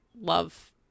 love